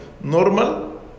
normal